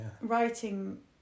writing